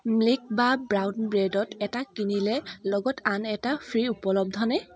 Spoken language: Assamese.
মিল্ক বা ব্ৰাউন ব্ৰেডত 'এটা কিনিলে লগত আন এটা ফ্ৰী ' উপলব্ধনে